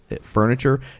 furniture